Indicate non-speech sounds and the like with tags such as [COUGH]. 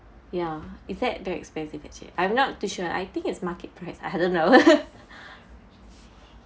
ya is that very expensive actually I'm not to sure I think it's market price I don't know [LAUGHS]